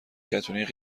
کتونی